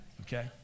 okay